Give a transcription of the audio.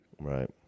Right